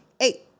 Eight